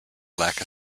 lack